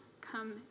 come